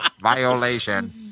Violation